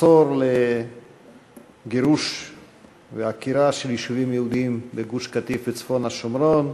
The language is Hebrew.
עשור לגירוש ולעקירה של יישובים יהודיים בגוש-קטיף וצפון השומרון,